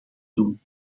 doen